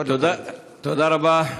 תודה רבה,